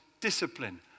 discipline